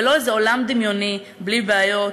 ולא איזה עולם דמיוני בלי בעיות,